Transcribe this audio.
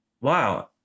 wow